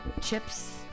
chips